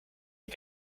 den